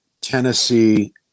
Tennessee